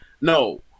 no